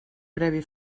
previ